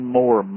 more